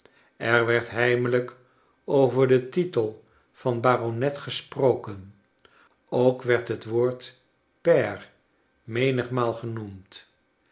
er werd heimelijk over den titel van baronet gesproken ook werd het woord pair menigmaal genoemd